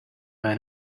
man